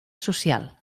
social